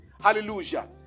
Hallelujah